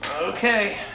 Okay